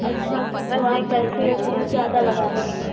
अच्छा तो आप पैसे बहुत ज़्यादा लगा रही हो